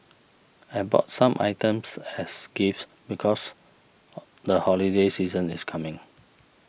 I bought some items as gifts because the holiday season is coming